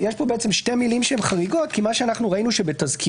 יש כאן בעצם שתי מילים שהן חריגות כי מה שאנחנו ראינו שבתזכירים